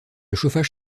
chauffage